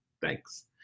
Thanks